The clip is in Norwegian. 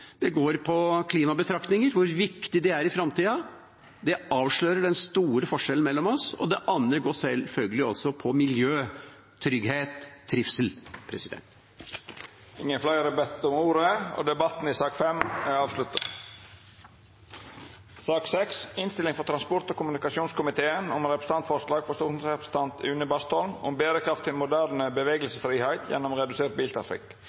Det går på klimabetraktninger, hvor viktig det er i framtida. Det avslører den store forskjellen mellom oss. Det andre går selvfølgelig på miljø, trygghet og trivsel. Fleire har ikkje bedt om ordet til sak nr. 5. Etter ynske frå transport- og kommunikasjonskomiteen